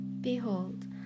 Behold